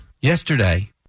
Yesterday